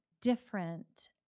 different